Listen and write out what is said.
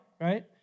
right